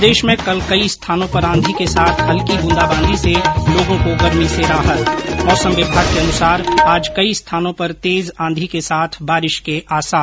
प्रदेश में कल कई स्थानों पर आंधी के साथ हल्की ब्रंदाबांदी से लोगों को गर्मी से राहत मौसम विभाग के अनुसार आज कई स्थानों पर तेज आंधी के साथ बारिश के आसार